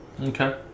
Okay